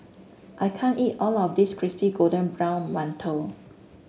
I can't eat all of this Crispy Golden Brown Mantou